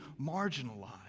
marginalized